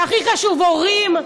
והכי חשוב: הורים,